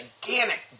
gigantic